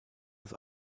das